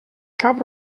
cap